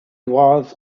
was